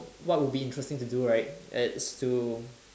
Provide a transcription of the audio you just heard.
what would be interesting to do right is to